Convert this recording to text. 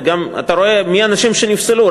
אתה רואה מי האנשים שנפסלו.